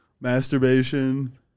masturbation